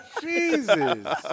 Jesus